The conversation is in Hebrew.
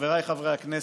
חבריי חברי הכנסת,